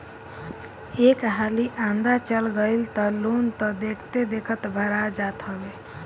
एक हाली धंधा चल गईल तअ लोन तअ देखते देखत भरा जात हवे